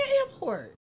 airport